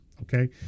okay